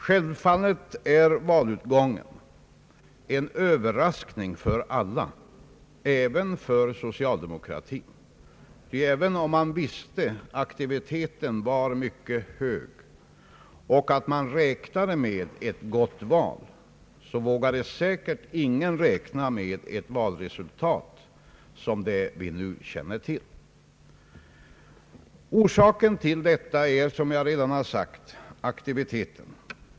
Självfallet är valutgången en överraskning för alla, även för socialdemokratin, ty även om man visste att aktiviteten var mycket hög, vågade säkert ingen räkna med ett sådant valresultat. En orsak till detta är, som jag redan sagt, aktiviteten.